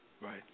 Right